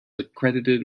accredited